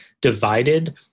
divided